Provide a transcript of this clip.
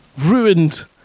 Ruined